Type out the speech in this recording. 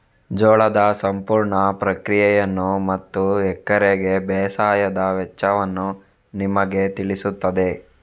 ಜೋಳದ ಸಂಪೂರ್ಣ ಪ್ರಕ್ರಿಯೆಯನ್ನು ಮತ್ತು ಎಕರೆಗೆ ಬೇಸಾಯದ ವೆಚ್ಚವನ್ನು ನಿಮಗೆ ತಿಳಿಸುತ್ತದೆ